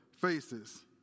faces